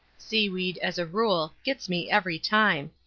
seaweed, as a rule, gets me every time.